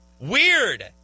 Weird